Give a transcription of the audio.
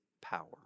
power